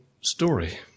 story